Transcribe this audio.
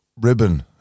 ribbon